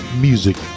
music